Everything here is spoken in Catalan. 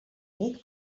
nit